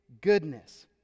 goodness